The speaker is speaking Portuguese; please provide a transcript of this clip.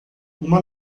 uma